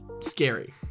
scary